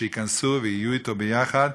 שייכנסו ויהיו אתו ביחד.